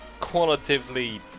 qualitatively